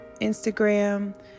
Instagram